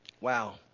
wow